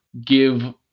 give